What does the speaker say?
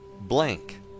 blank